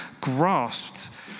grasped